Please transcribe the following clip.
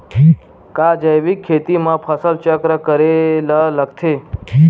का जैविक खेती म फसल चक्र करे ल लगथे?